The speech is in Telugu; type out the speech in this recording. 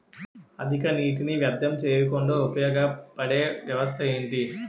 అధిక నీటినీ వ్యర్థం చేయకుండా ఉపయోగ పడే వ్యవస్థ ఏంటి